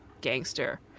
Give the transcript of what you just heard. gangster